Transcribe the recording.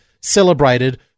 celebrated